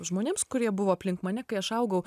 žmonėms kurie buvo aplink mane kai aš augau